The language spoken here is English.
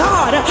God